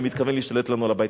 ומתכוון להשתלט לנו על הבית.